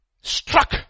Struck